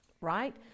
right